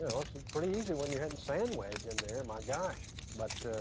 also pretty easy when you had and sand wedge in there. my gosh, but,